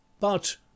But